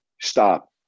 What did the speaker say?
stop